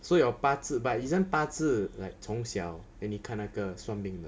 so your 八字 but isn't 八字 like 从小 then 你看那个算命的